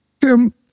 Tim